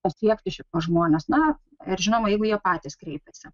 pasiekti šituos žmones na ir žinoma jeigu jie patys kreipiasi